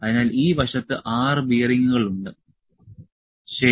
അതിനാൽ ഈ വശത്ത് 6 ബെയറിംഗുകൾ ഉണ്ട് ശരി